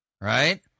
Right